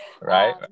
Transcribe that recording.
right